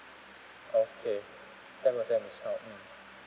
okay ten percent discount mean